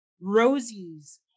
Rosie's